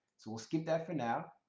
so we'll skip that for now.